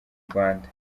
rwanda